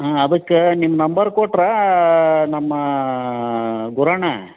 ಹ್ಞೂ ಅದಕ್ಕೆ ನಿಮ್ಮ ನಂಬರ್ ಕೊಟ್ರು ನಮ್ಮ ಗುರಣ್ಣ